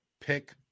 pick